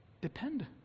depend